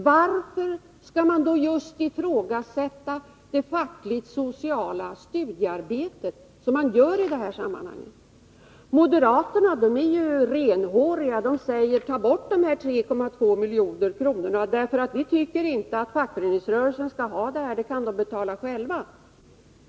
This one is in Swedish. Varför skall man då just ifrågasätta det fackligt-sociala studiearbetet, vilket man ju gör i det här sammanhanget? Moderaterna är renhåriga och säger: Ta bort de här 3,2 miljonerna, för vi tycker inte att fackföreningarna skall ha dessa pengar. De kan betala det här själva.